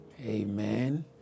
Amen